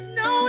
no